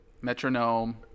metronome